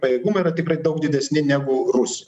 pajėgumai yra tikrai daug didesni negu rusų